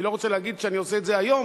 אני לא רוצה להגיד שאני עושה את זה היום,